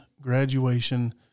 graduation